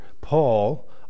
Paul